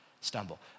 stumble